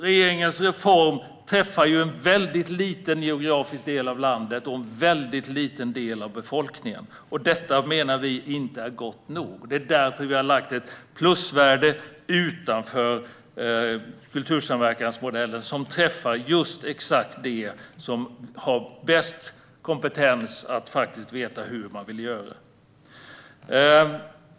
Regeringens reform träffar en väldigt liten geografisk del av landet och en väldigt liten del av befolkningen. Vi menar att detta inte är gott nog. Det är därför vi har lagt in ett plusvärde utanför kultursamverkansmodellen, som träffar exakt de som har bäst kompetens att veta hur man vill göra.